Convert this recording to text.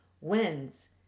wins